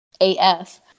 AF